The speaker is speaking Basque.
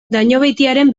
dañobeitiaren